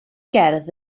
gerdd